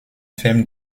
ferme